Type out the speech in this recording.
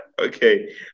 Okay